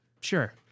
sure